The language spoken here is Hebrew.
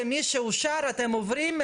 אם מישהו חושב שמערכת כזאת מורכבת,